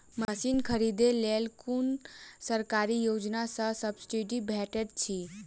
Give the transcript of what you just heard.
Machine खरीदे लेल कुन सरकारी योजना सऽ सब्सिडी भेटैत अछि?